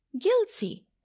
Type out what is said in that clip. guilty